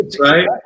Right